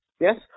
Yes